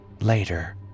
later